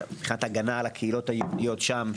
מבחינת הגנה על הקהילות היהודיות שם,